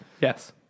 Yes